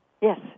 Yes